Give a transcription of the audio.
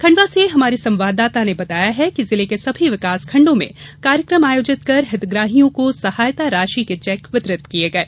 खंडवा से हमारे संवाददाता ने बताया है कि जिले के सभी विकासखंडो में कार्यक्रम आयोजित कर हितग्राहियों को सहायता राशि के चेक वितरित दिये गये